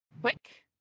quick